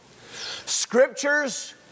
Scriptures